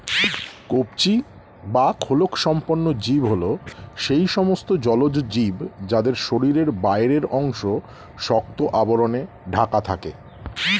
কবচী বা খোলকসম্পন্ন জীব হল সেই সমস্ত জলজ জীব যাদের শরীরের বাইরের অংশ শক্ত আবরণে ঢাকা থাকে